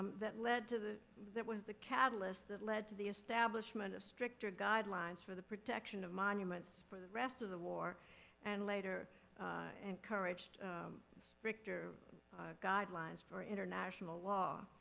that led to the, that was the catalyst that led to the establishment of stricter guidelines for the protection of monuments for the rest of the war and later encouraged stricter guidelines for international law.